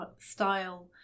style